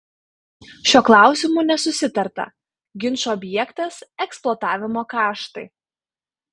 šiuo klausimu nesusitarta ginčų objektas eksploatavimo kaštai